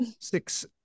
six